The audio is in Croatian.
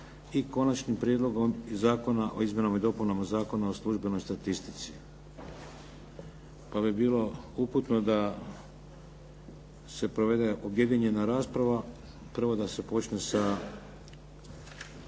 i Konačnim prijedlogom zakona o izmjenama i dopunama Zakona o službenoj statistici. To bi bilo uputno da se provede objedinjena rasprava, prvo da se počne sa